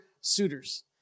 suitors